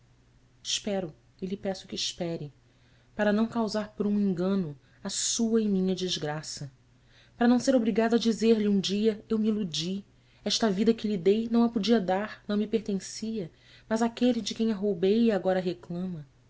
espero e lhe peço que espere para não causar por um engano a sua e minha desgraça para não ser obrigada a dizer-lhe um dia eu me iludi esta vida que lhe dei não a podia dar não me pertencia mas àquele de quem a roubei e agora a reclama